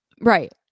Right